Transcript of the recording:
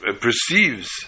perceives